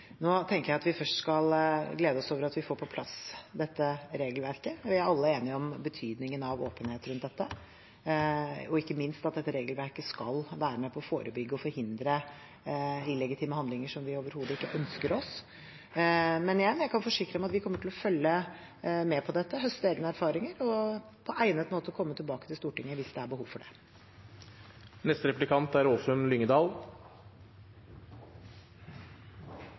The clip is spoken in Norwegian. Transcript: tenker at vi først skal glede oss over at vi får på plass dette regelverket. Vi er alle enige om betydningen av åpenhet rundt dette, ikke minst at dette regelverket skal være med på å forebygge og forhindre illegitime handlinger, som vi overhodet ikke ønsker oss. Igjen: Jeg kan forsikre om at vi kommer til å følge med på dette, høste egne erfaringer og på egnet måte komme tilbake til Stortinget hvis det er behov for det.